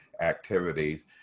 activities